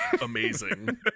amazing